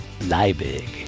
Liebig